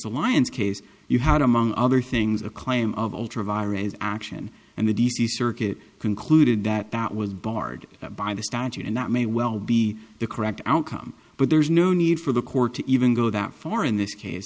elian's case you had among other things a claim of ultra vires action and the d c circuit concluded that that was barred by the statute and that may well be the correct outcome but there's no need for the court to even go that far in this case